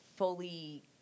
fully